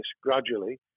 gradually